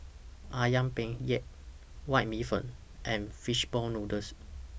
Ayam Penyet White Bee Hoon and Fish Ball Noodles